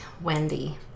Wendy